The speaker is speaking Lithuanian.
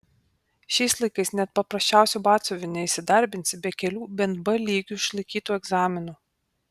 šiais laikais net paprasčiausiu batsiuviu neįsidarbinsi be kelių bent b lygiu išlaikytų egzaminų